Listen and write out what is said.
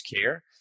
Care